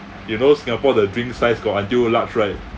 you know singapore the drink size got until large right